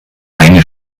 eine